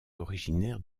originaire